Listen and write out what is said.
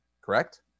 correct